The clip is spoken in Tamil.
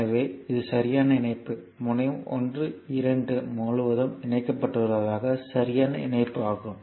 எனவே இது சரியான இணைப்பு முனையம் 1 2 முழுவதும் இணைக்கப்பட்டுள்ளதால் சரியான இணைப்பு ஆகும்